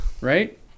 Right